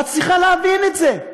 ואת צריכה להבין את זה.